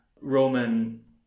Roman